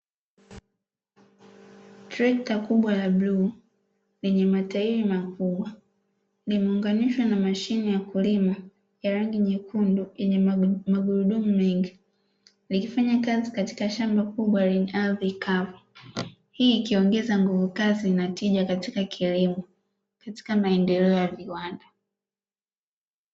Trekta kubwa la bluu lenye matairi makubwa limeunganishwa na mashine ya kulima ya rangi nyekundu yenye magurudumu mengi likifanya kazi katika shamba kubwa lenye ardhi kavu, hii ikiongeza nguvu kazi na tija katika kilimo katika maendeleo ya viwanda.